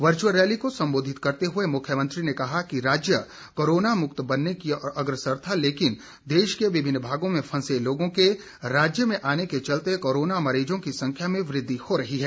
virtual rally को संबोधित करते हुए मुख्यमंत्री ने कहा कि राज्य कोरोना मुक्त बनने की ओर अग्रसर था लेकिन देश के विभिन्न भागों में फंसे लोगों के राज्य में आने के चलते कोरोना मरीजों की संख्या में वृद्धि हो रही है